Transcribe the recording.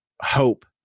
hope